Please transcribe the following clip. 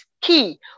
key